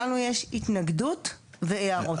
לנו יש התנגדות והערות.